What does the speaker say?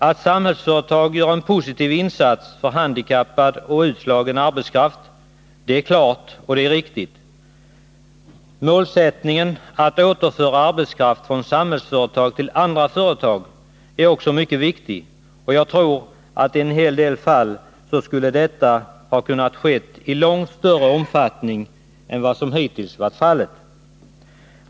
Att Samhällsföretag gör en positiv insats för handikappade och utslagen arbetskraft, är klart och riktigt. Målsättningen att återföra arbetskraft från Samhällsföretag till andra företag är också mycket viktig, och jag tror att detta i en hel del fall skulle ha kunnat ske i långt större omfattning än vad som hittills varit fallet.